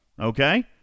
Okay